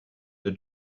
the